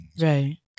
right